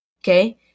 Okay